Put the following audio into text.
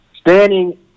standing